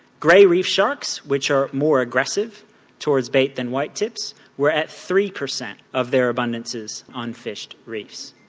grey reef sharks, which are more aggressive towards bait than white tips were at three percent of their abundances on fished reefs.